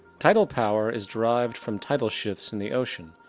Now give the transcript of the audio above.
tidal power is derived from tidal shifts in the ocean.